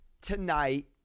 tonight